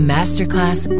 Masterclass